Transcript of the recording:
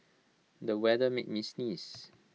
the weather made me sneeze